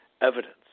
evidence